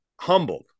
humbled